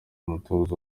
umutuzo